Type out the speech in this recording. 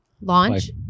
Launch